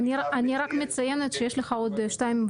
אני חייב לציין --- אני רק מציינת שיש לך עוד שתי דקות